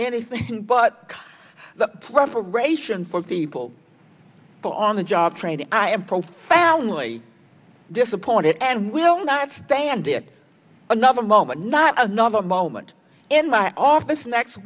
anything but the preparation for people on the job training i am profoundly disappointed and will not stand there another moment not another moment in my office next